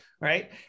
right